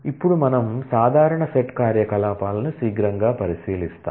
ఇప్పుడు మనము సాధారణ సెట్ కార్యకలాపాలను శీఘ్రంగా పరిశీలిస్తాము